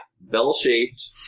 bell-shaped